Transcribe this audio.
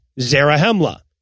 Zarahemla